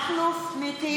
מכלוף מיקי